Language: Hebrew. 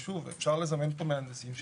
אפשר לזמן פה מהנדסים.